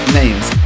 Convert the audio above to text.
names